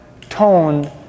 tone